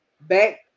back